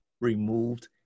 removed